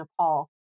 Nepal